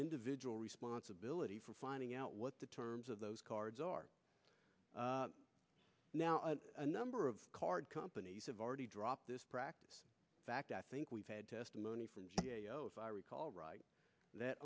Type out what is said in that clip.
individual responsibility for finding out what the terms of those cards are now a number of card companies have already dropped this practice fact i think we've had testimony from if i recall right that